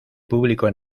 público